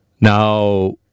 Now